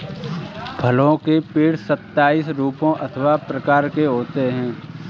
फलों के पेड़ सताइस रूपों अथवा प्रकार के होते हैं